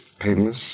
painless